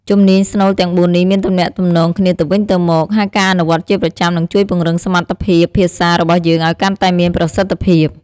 ជំនាញស្នូលទាំងបួននេះមានទំនាក់ទំនងគ្នាទៅវិញទៅមក ហើយការអនុវត្តជាប្រចាំនឹងជួយពង្រឹងសមត្ថភាពភាសារបស់យើងឱ្យកាន់តែមានប្រសិទ្ធភាព។